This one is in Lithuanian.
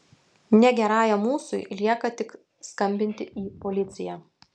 negerajam ūsui lieka tik skambinti į policiją